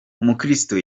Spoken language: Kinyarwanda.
umukirisitu